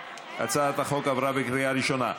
הצעת החוק עברה בקריאה ראשונה.